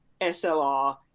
SLR